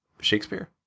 Shakespeare